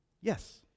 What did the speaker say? Yes